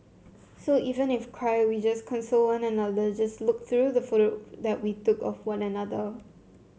so even if cry we just console one another just look through the photo that we took with one another